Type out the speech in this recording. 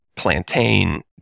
plantain